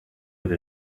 with